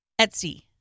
Etsy